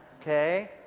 Okay